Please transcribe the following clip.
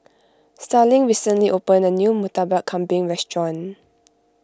Starling recently opened a new Murtabak Kambing restaurant